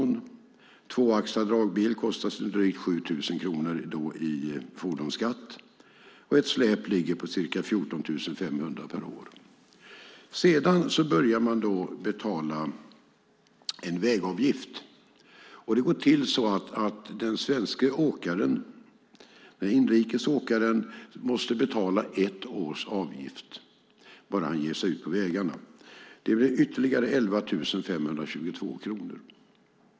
En tvåaxlad dragbil kostar i dag drygt 7 000 kronor i fordonsskatt, och ett släp ligger på ca 14 500 per år. Sedan börjar man betala en vägavgift. Det går till så att den svenska inrikes åkaren måste betala ett års avgift bara han ger sig ut på vägarna. Det blir ytterligare 11 522 kronor.